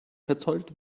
verzollt